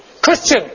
Christian